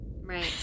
Right